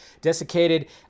desiccated